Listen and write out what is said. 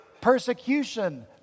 persecution